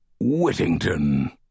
Whittington